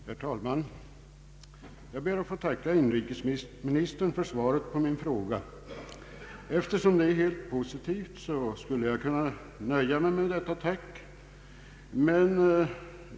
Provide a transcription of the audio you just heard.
Herr talman! Jag ber att få tacka inrikesministern för svaret på min fråga. Eftersom det är helt positivt, skulle jag kunna nöja mig med detta tack.